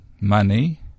money